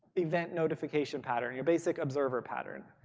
event notification pattern, your basic observer pattern.